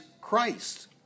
Christ